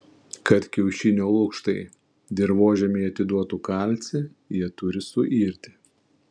kad kiaušinio lukštai dirvožemiui atiduotų kalcį jie turi suirti